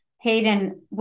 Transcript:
Hayden